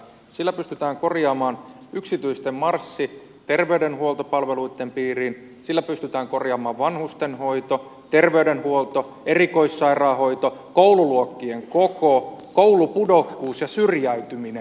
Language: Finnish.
sillä pystytään korjaamaan yksityisten marssi terveydenhuoltopalveluitten piiriin sillä pystytään korjaamaan vanhustenhoito terveydenhuolto erikoissairaanhoito koululuokkien koko koulupudokkuus ja syrjäytyminen